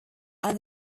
are